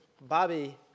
Bobby